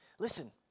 Listen